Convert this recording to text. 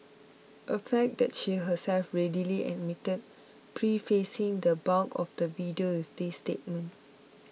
a fact that she herself readily admitted prefacing the bulk of the video with this statement